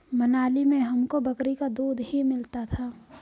मनाली में हमको बकरी का दूध ही मिलता था